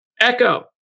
Echo